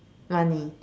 money